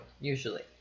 usually